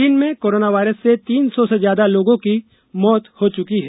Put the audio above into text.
चीन में corona virus से तीन सौ से ज्यादा लोगों की मौत हो चुकी है